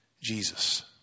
Jesus